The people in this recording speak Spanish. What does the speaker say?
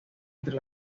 entre